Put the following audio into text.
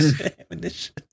ammunition